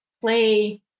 Play